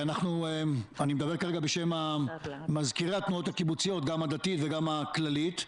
אני מדבר בשם מזכירי התנועות הקיבוציות גם הדתית וגם הכללית.